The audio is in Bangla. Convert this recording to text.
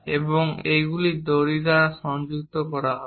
এবং এইগুলি দড়ি দ্বারা সংযুক্ত করা হবে